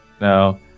No